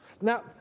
Now